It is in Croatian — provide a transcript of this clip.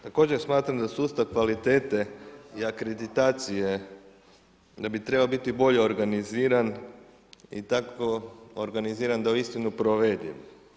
Također smatram da sustav kvalitete i akreditacije da bi trebao biti bolje organiziran i tako organiziran da je u istinu provediv.